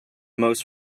most